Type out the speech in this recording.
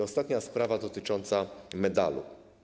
Ostatnia sprawa dotyczy medalu.